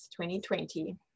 2020